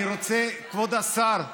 כבוד השר,